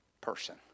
person